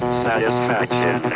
satisfaction